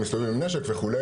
הם מסתובבים עם נשק וכו',